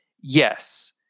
yes